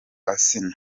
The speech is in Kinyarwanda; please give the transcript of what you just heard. asnah